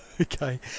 Okay